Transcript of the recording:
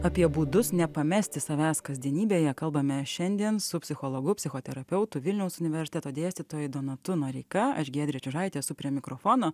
apie būdus nepamesti savęs kasdienybėje kalbame šiandien su psichologu psichoterapeutu vilniaus universiteto dėstytoju donatu noreika aš giedrė čiužaitė esu prie mikrofono